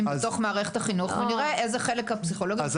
בתוך מערכת החינוך ונראה איזה חלק הפסיכולוגים יכולים למלא.